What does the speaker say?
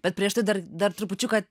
bet prieš tai dar dar trupučiuką